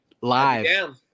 live